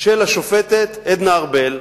של השופטת עדנה ארבל.